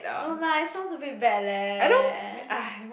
no lah it sounds a bit bad leh